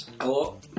Hello